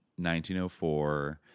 1904